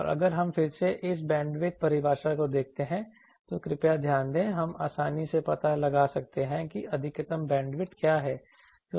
और अगर हम फिर से इस बैंडविड्थ परिभाषा को देखते हैं तो कृपया ध्यान दें हम आसानी से पता लगा सकते हैं कि अधिकतम बैंडविड्थ क्या है